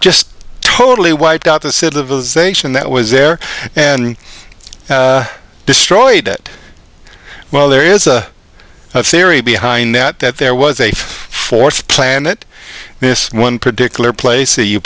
just totally wiped out the civilization that was there and destroyed it well there is a theory behind that that there was a fourth planet this one particular place a you